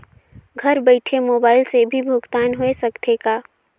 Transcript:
घर बइठे मोबाईल से भी भुगतान होय सकथे का?